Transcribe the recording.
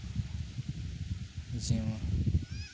ᱡᱮᱢᱚᱱ